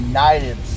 United